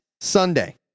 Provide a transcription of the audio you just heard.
Sunday